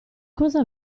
cosa